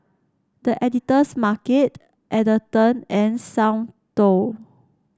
The Editor's Market Atherton and Soundteoh